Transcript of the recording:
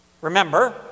Remember